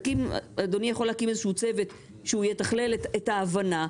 אדוני יכול להקים איזשהו צוות שהוא יתכלל את ההבנה,